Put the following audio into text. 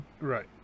Right